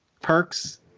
perks